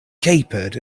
capered